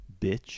Bitch